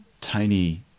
tiny